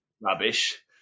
Rubbish